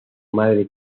madre